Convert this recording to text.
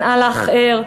שנאה לאחר,